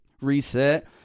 reset